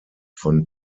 von